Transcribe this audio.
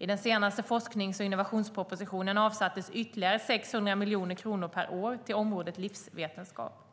I den senaste forsknings och innovationspropositionen avsattes ytterligare 600 miljoner kronor per år till området livsvetenskap.